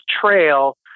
trail